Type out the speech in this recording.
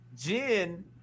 Jen